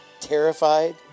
Terrified